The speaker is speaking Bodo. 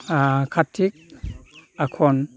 खाथि आघोन